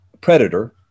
Predator